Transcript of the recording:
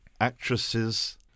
actresses